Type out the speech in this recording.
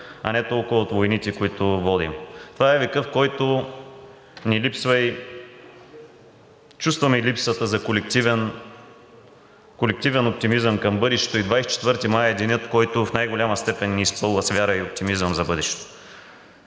а не толкова от войните, които водим. Това е векът, в който ни липсва и чувстваме липсата за колективен оптимизъм към бъдещето и 24 май е денят, който в най-голяма степен ни изпълва с вяра и оптимизъм за бъдещето.